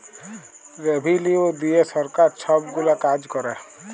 revenue দিঁয়ে সরকার ছব গুলা কাজ ক্যরে